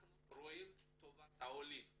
אנחנו רואים את טובתם של העולים.